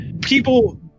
people